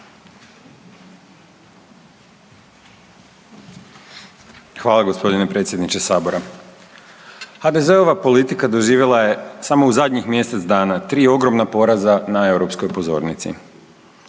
Hvala gospodine predsjedniče Sabora. HDZ-ova politika doživjela je samo u zadnjih mjesec dana tri ogromna poraza na europskoj pozornici.